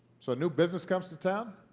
so, a new business comes to town.